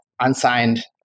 unsigned